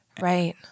Right